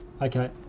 Okay